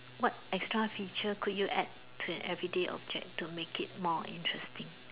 what extra feature could you add to an everyday object to make it more interesting